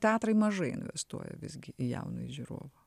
teatrai mažai investuoja visgi į jaunąjį žiūrovą